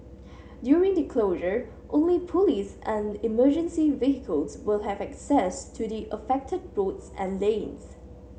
during the closure only police and emergency vehicles will have access to the affected roads and lanes